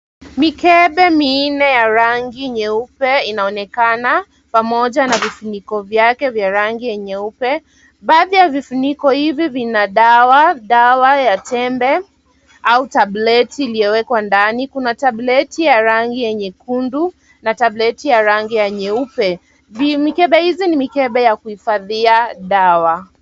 Mikebe minne ya rangi nyeupe inaonekana pamoja na vifuniko vyake vya rangi nyeupe. Baadhi ya vifuniko hivi vina dawa, dawa ya tembe, au tableti iliyowekwa ndani. Kuna tableti ya rangi ya nyekundu na tableti ya rangi ya nyeupe. Mikebe hizi ni mikebe ya kuhifadhia dawa.